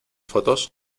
fotos